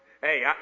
hey